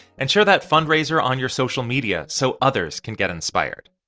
and share that fundraiser on your social media so others can get inspired